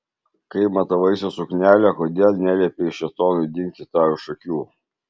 kai matavaisi suknelę kodėl neliepei šėtonui dingti tau iš akių